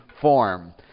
form